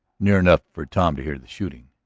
near enough for tom to hear the shooting.